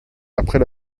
après